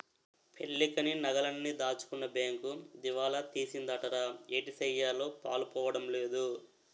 పెళ్ళికని నగలన్నీ దాచుకున్న బేంకు దివాలా తీసిందటరా ఏటిసెయ్యాలో పాలుపోడం లేదు